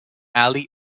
alley